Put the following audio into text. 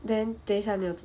then 等下没有读